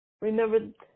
Remember